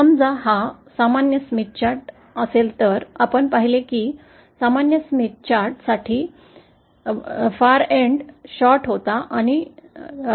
समजा हा आमचा सामान्यस्मिथ चार्ट असेल तर आपण पाहिले की सामान्यस्मिथ चार्ट साठी शेवटचा भाग होता आणि नंतर हा जवळचा भाग खुला होता